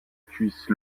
cuisse